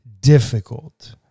difficult